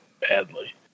badly